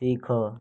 ଶିଖ